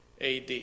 AD